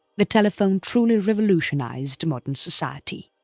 the telephone truly revolutionised modern society.